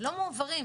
לא מועברים.